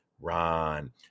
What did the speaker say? Ron